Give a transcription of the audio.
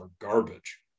garbage